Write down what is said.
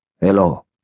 Hello